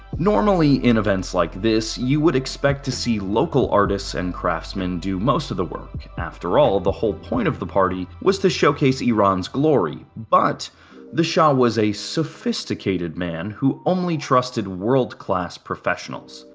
normally in events like this, you would expect to see local artists and craftsmen do most of the work after all, the whole point of the party was to showcase iran's glory but the shah was a sophisticated man who only trusted world-class professionals.